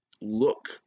look